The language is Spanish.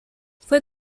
fue